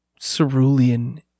cerulean